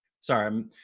sorry